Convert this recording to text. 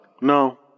No